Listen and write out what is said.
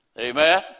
Amen